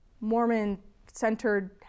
Mormon-centered